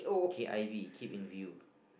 K_I_V keep in view